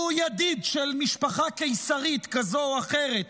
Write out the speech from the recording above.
הוא ידיד של משפחה קיסרית כזאת או אחרת,